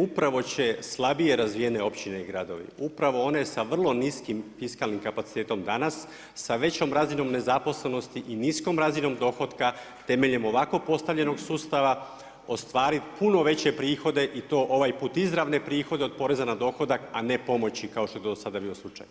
upravo će slabije razvijene općine i gradovi, upravo one sa vrlo niskim fiskalnim kapacitetom danas sa većom razinom nezaposlenosti i niskom razinom dohotka temeljem ovako postavljenog sustava, ostvarit puno veće prihode i to ovaj put izravne put izravne prihode od poreza na dohodak a ne pomoći kao što je do sada bio slučaj.